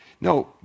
No